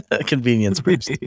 Convenience